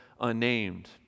unnamed